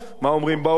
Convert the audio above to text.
מה אומרים בעולם.